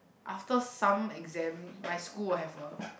after some exam my school will have a